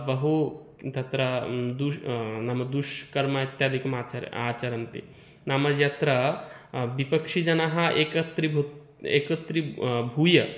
बहु किं तत्र दुष् नाम दुष्कर्म इत्यादिकम् आचर आचरन्ति नाम यत्र विपक्षीयजनाः एकत्री भू एकत्रि भूय